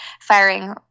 firing